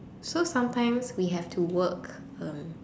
so sometimes we have to work um